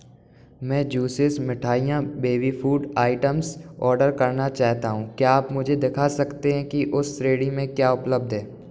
मैं ज्यूसेस मिठाईयाँ baby food items order करना चाहता हूँ क्या आप मुझे दिखा सकते हैं कि उस श्रेणी में क्या उपलब्ध है